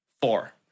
Four